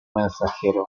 mensajero